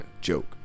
joke